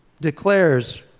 declares